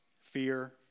Fear